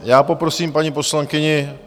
Já poprosím paní poslankyni